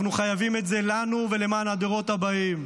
אנחנו חייבים את זה לנו ולדורות הבאים.